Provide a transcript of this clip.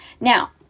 Now